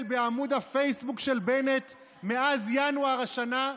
בעמוד הפייסבוק של בנט מאז ינואר השנה,